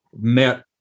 met